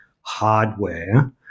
hardware